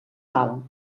val